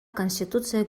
конституция